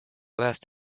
last